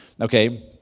okay